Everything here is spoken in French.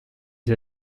des